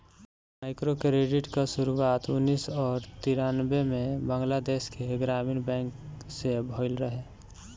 microcredit कअ शुरुआत उन्नीस और तिरानबे में बंगलादेश के ग्रामीण बैंक से भयल रहे